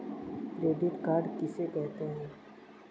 Credit card किसे कहते हैं?